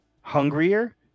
hungrier